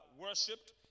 worshipped